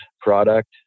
product